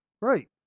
right